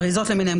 אריזות למיניהן,